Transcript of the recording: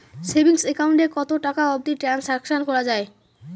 Savings account এ কতো টাকা অবধি ট্রানসাকশান করা য়ায়?